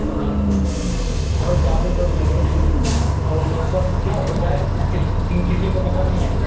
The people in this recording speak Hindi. हाँ बहुत ज़्यादा लोग रहते हैं और कब क्या हो जाए इसको कि किसी को पता नहीं है